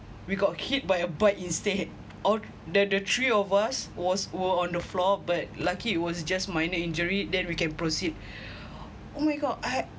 we got hit by a bike instead all the three of us was were on the floor but lucky it was just minor injury then we can proceed oh my god I